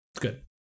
good